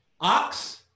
Ox